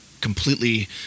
completely